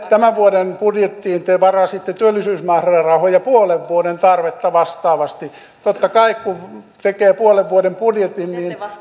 tämän vuoden budjettiin te varasitte työllisyysmäärärahoja puolen vuoden tarvetta vastaavasti totta kai kun tekee puolen vuoden budjetin